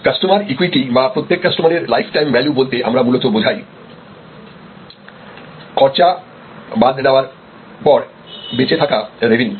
customer equity বা প্রত্যেক কাস্টমারের লাইফটাইম ভ্যালু বলতে আমরা মূলত বোঝাই খরচা বাদ দেওয়ার পর বেঁচে থাকা রেভেনিউ